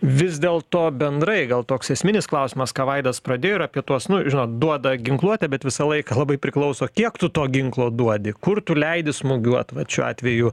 vis dėl to bendrai gal toks esminis klausimas ką vaidas pradėjo ir apie tuos nu žinot duoda ginkluotę bet visą laiką labai priklauso kiek tu to ginklo duodi kur tu leidi smūgiuot vat šiuo atveju